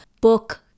book